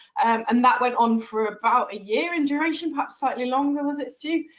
and that went on for about a year in duration, perhaps slightly longer was it, stu?